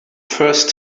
first